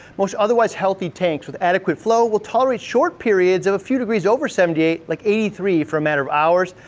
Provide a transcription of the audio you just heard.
most otherwise healthy tanks with adequate flow will tolerate short periods of a few degrees over seventy eight, like eighty three, for a matter of hours,